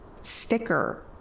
sticker